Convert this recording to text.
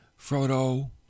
Frodo